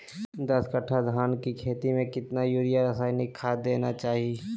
दस कट्टा धान की खेती में कितना यूरिया रासायनिक खाद देना चाहिए?